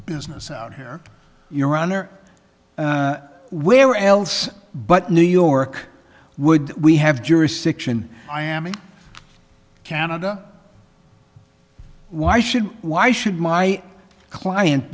business out here your honor where else but new york would we have jurisdiction i am in canada why should why should my client